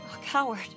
coward